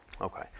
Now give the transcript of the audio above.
Okay